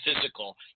physical